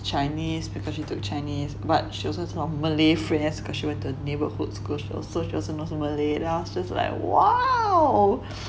chinese because she took chinese but she also got malay friends because she went to the neighborhoods schools so she also knows malay then I was just like !wow!